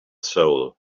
soul